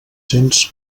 cents